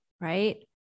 right